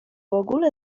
ogóle